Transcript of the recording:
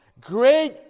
Great